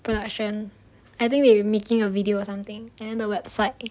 production I think may be making a video or something and then the website